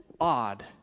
odd